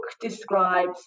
describes